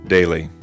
daily